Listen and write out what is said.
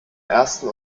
ersten